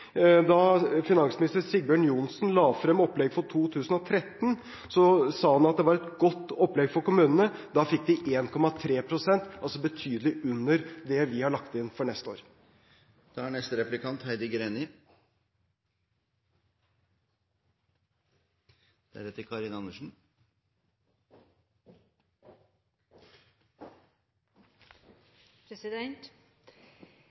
Da tidligere finansminister Sigbjørn Johnsen la frem opplegget for 2013, sa han at det var et godt opplegg for kommunene. Da fikk de 1,3 pst., altså betydelig under det vi har lagt inn for neste år.